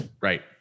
Right